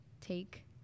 take